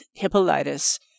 Hippolytus